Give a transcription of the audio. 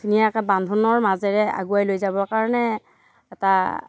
ধুনীয়াকৈ বান্ধোনৰ মাজেৰে আগুৱাই লৈ যাবৰ কাৰণে এটা